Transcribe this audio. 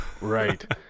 Right